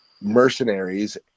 mercenaries